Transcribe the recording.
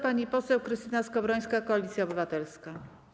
Pani poseł Krystyna Skowrońska, Koalicja Obywatelska.